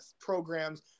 programs